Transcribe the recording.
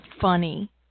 funny